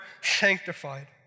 sanctified